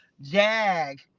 Jag